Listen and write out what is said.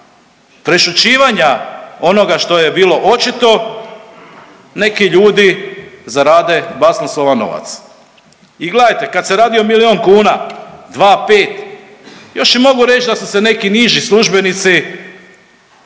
prešućivanja onoga što je bilo očito neki ljudi zarade basnoslovan novac. I gledajte, kad se radi o milijun kuna, dva, pet još i mogu reći da su se neki niži službenici